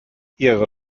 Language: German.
ihre